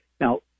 Now